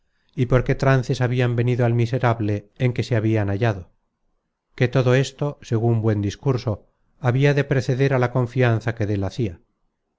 y por qué trances habian venido al miserable en que le habian hallado que todo esto segun buen discurso habia de preceder a la confianza que dél hacia